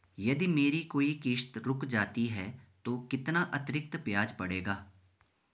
यदि मेरी कोई किश्त रुक जाती है तो कितना अतरिक्त ब्याज पड़ेगा?